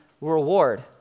reward